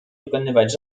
wykonywać